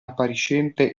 appariscente